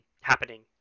happening